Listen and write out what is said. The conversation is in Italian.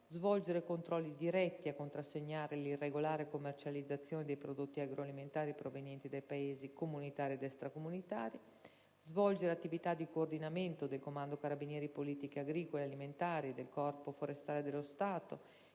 svolgere controlli diretti a contrastare l'irregolare commercializzazione dei prodotti agroalimentari provenienti dai Paesi comunitari ed extracomunitari; svolgere attività di coordinamento del Comando carabinieri politiche agricole e alimentari, del Corpo forestale dello Stato